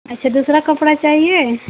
अच्छा दूसरा कपड़ा चाहिये